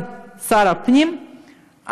שר הפנים,